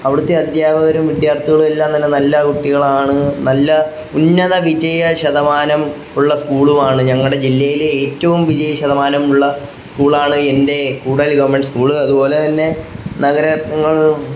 അവിടുത്തെ അധ്യാപകരും വിദ്യാർത്ഥികളും എല്ലാം തന്നെ നല്ല കുട്ടികളാണ് നല്ല ഉന്നത വിജയശതമാനം ഉള്ള സ്കൂളും ആണ് ഞങ്ങളുടെ ജില്ലയിലെ ഏറ്റവും വിജയ ശതമാനമുള്ള സ്കൂളാണ് എൻ്റെ കൂടൽ ഗവൺമെൻ്റ് സ്കൂള് അതുപോലെ തന്നെ നഗരങ്ങൾ